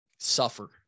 suffer